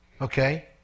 okay